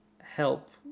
help